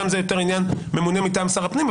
שם זה יותר ממונה מטעם שר הפנים.